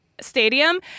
stadium